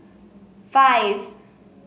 five